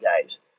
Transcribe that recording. guys